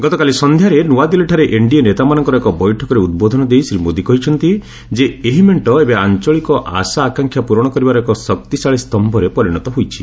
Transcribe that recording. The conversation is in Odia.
ଗତକାଲି ସନ୍ଧ୍ୟାରେ ନୂଆଦିଲ୍ଲୀଠାରେ ଏନ୍ଡିଏ ନେତାମାନଙ୍କର ଏକ ବୈଠକରେ ଉଦ୍ବୋଧନ ଦେଇ ଶ୍ରୀ ମୋଦି କହିଛନ୍ତି ଯେ ଏହି ମେଣ୍ଟ ଏବେ ଆଞ୍ଚଳିକ ଆଶା ଆକାଂକ୍ଷା ପୂରଣ କରିବାର ଏକ ଶକ୍ତିଶାଳୀ ସ୍ତମ୍ଭରେ ପରିଣତ ହୋଇଛି